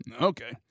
okay